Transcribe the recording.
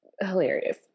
hilarious